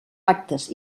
actes